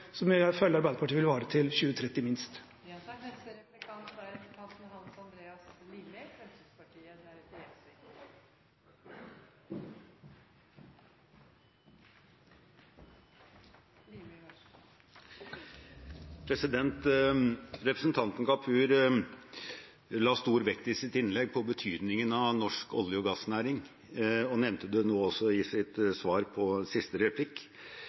Arbeiderpartiet minst vil vare til 2030. Representanten Kapur la i sitt innlegg stor vekt på betydningen av norsk olje- og gassnæring og nevnte det også nå i sitt svar på siste replikk.